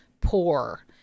poor